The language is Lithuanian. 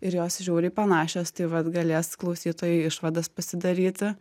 ir jos žiauriai panašios tai vat galės klausytojai išvadas pasidaryti